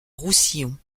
roussillon